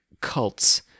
cults